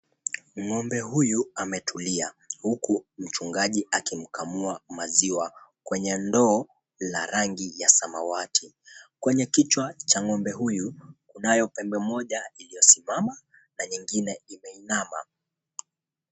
Ng'ombe huyu ametulia huku mchungaji akimkamua maziwa kwenye ndoo la rangi ya samawati. Kwenye kichwa cha ng'ombe huyu kunayo pembe moja iliyo simama na nyingine imeinama.